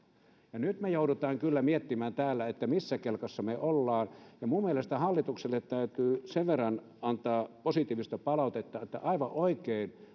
ja nyt me joudumme kyllä miettimään täällä missä kelkassa me olemme minun mielestäni hallitukselle täytyy sen verran antaa positiivista palautetta että aivan oikein